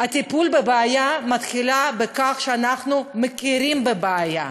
הטיפול בבעיה מתחיל בכך שאנחנו מכירים בבעיה,